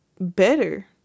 better